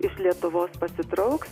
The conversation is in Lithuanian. iš lietuvos pasitrauks